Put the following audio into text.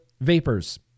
Vapors